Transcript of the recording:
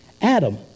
Adam